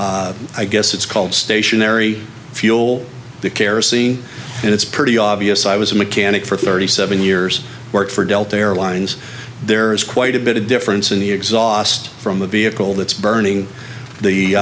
burning i guess it's called stationary fuel kerosene and it's pretty obvious i was a mechanic for thirty seven years worked for delta airlines there is quite a bit of difference in the exhaust from a vehicle that's burning the